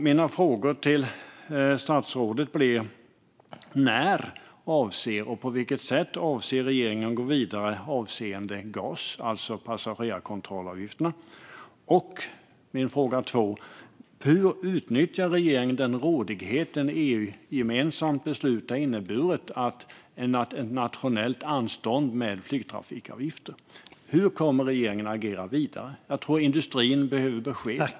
Mina frågor till statsrådet blir: När och på vilket sätt avser regeringen att gå vidare avseende GAS, det vill säga passagerarkontrollavgifterna? Hur utnyttjar regeringen den rådighet som ett EU-gemensamt beslut har inneburit gällande ett nationellt anstånd med flygtrafikavgifter? Hur kommer regeringen att agera vidare? Jag tror att industrin behöver besked.